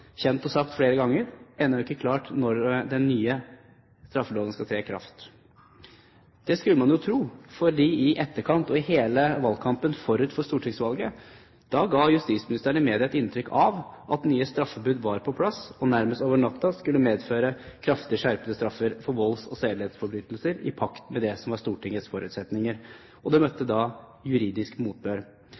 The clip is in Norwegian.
kjent – og sagt flere ganger – ennå ikke klart når den nye straffeloven skal tre i kraft. Det skulle man jo ha trodd, for i etterkant, og i hele valgkampen forut for stortingsvalget, ga justisministeren i media et inntrykk av at nye straffebud var på plass, og nærmest over natten skulle medføre kraftig skjerpede straffer for volds- og sedelighetsforbrytelser, i pakt med Stortingets forutsetninger. Det møtte juridisk motbør.